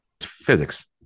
physics